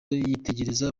yitegereza